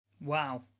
Wow